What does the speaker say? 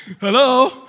Hello